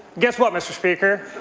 guess what, mr. speaker?